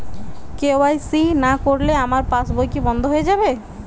KYC না করলে আমার পাশ বই কি বন্ধ হয়ে যাবে?